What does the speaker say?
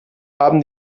haben